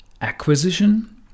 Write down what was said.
acquisition